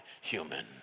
human